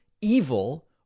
evil